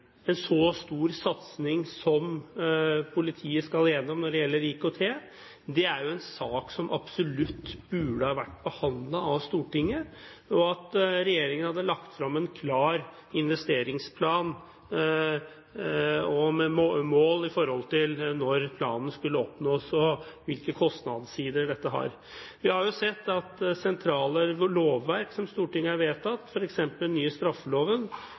en så stor satsing som politiet skal igjennom når det gjelder IKT, er det jo en sak som absolutt burde vært behandlet av Stortinget. Og regjeringen burde lagt frem en klar investeringsplan om mål for når planen skulle oppnås, og hvilke kostnadssider dette har. Vi har jo sett at sentrale lovverk som Stortinget har vedtatt, f.eks. den nye straffeloven,